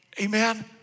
Amen